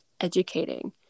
educating